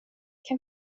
kan